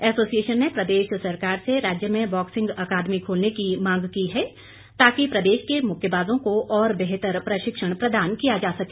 association ने प्रदेश सरकार से राज्य में बॉक्सिंग अकादमी खोलने की मांग की है ताकि प्रदेश के मुक्केबाजों को और बेहतर प्रशिक्षण प्रदान किया जा सके